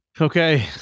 Okay